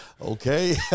Okay